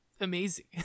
amazing